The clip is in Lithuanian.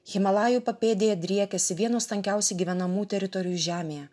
himalajų papėdėje driekiasi vienos tankiausi gyvenamų teritorijų žemėje